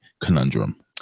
conundrum